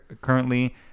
currently